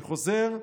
אני חוזר: